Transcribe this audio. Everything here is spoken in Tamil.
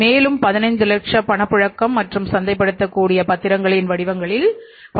மேலும் 15 லட்சம் பண புழக்கம் மற்றும் சந்தைப்படுத்தக் கூடிய பத்திரங்களின் வடிவங்களில் உள்ளது